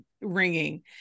ringing